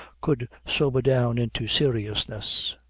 could sober down into seriousness.